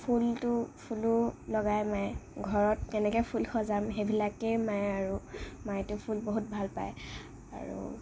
ফুলটো ফুলো লগাই মায়ে ঘৰত কেনেকৈ ফুল সজাম সেইবিলাকেই মায়ে আৰু মায়েতো ফুল বহুত ভালপায় আৰু